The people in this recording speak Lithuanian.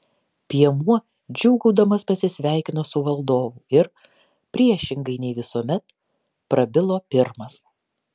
piemuo džiūgaudamas pasisveikino su valdovu ir priešingai nei visuomet prabilo pirmas